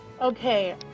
Okay